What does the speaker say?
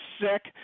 sick